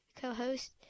Co-host